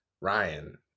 Ryan